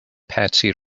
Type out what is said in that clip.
patsy